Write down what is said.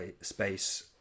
space